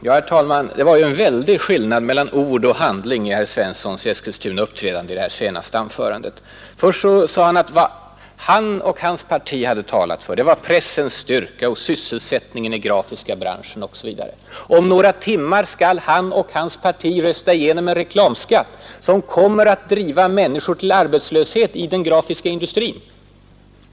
Herr talman! Det var en väldig skillnad mellan ord och handling i herr Svenssons i Eskilstuna uppträdande i det senaste anförandet. Han sade att vad han och hans parti hade talat för var pressens styrka och sysselsättningen i grafiska branschen osv. Men om några timmar skall han och hans parti rösta igenom en reklamskatt som kommer att driva människor till arbetslöshet just i den grafiska industrin.